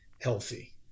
healthy